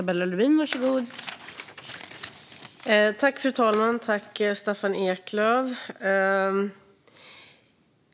Fru talman!